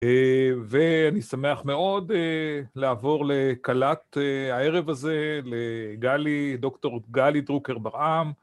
ואני שמח מאוד לעבור לכלת הערב הזה לגלי, דוקטור גלי דרוקר בר-עם.